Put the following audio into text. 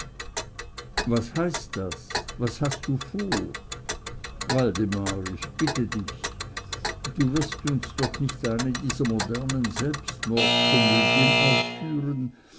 was heißt das was hast du vor waldemar ich bitte dich du wirst uns doch nicht eine dieser modernen selbstmordskomödien aufführen